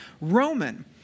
Roman